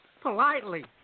politely